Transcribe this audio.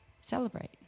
celebrate